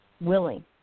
willing